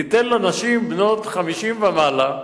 ניתן לנשים בנות 50 ומעלה,